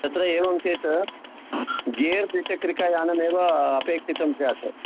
तत्र एवं चेत् गेर् द्विचक्रिका यानमेव अपेक्षितं स्यात्